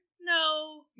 No